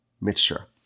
mixture